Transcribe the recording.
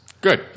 Good